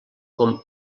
com